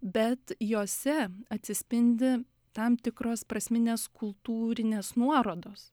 bet jose atsispindi tam tikros prasminės kultūrinės nuorodos